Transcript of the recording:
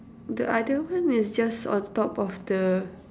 the other one is just on top of the